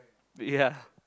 ya